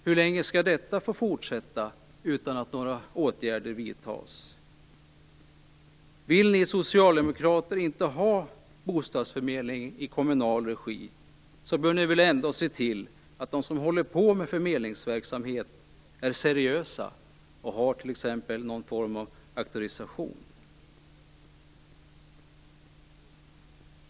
Hur länge skall detta få fortsätta utan att några åtgärder vidtas? Om ni socialdemokrater inte vill ha bostadsförmedling i kommunal regi så bör ni väl ändå se till att de som håller på med förmedlingsverksamhet är seriösa och har t.ex. någon form av auktorisation.